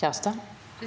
Kjerstad